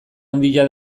handia